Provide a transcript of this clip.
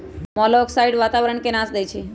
मोलॉक्साइड्स वातावरण के नाश देई छइ